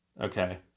Okay